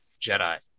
Jedi